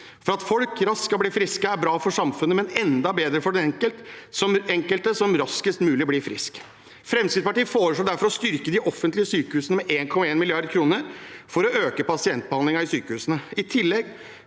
At folk raskt skal bli friske, er bra for samfunnet, men enda bedre for den enkelte, som raskest mulig blir frisk. Fremskrittspartiet foreslår derfor å styrke de offentlige sykehusene med 1,1 mrd. kr for å øke pasientbehandlingen i sykehusene.